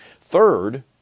Third